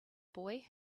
boy